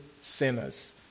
sinners